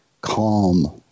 Calm